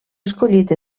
escollit